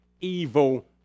evil